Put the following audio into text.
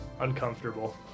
uncomfortable